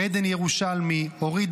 עדן ירושלמי,